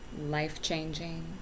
life-changing